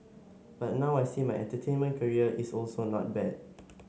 but now I see my entertainment career is also not bad